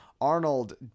Arnold